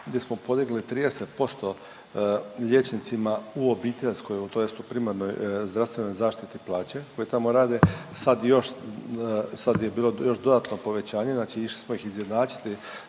mi smo podigli 30% liječnicima u obiteljskoj tj. u primarnoj zdravstvenoj zaštiti plaće koji tamo rade. Sad još, sad je bilo još dodatno povećanje. Znači išli smo ih izjednačiti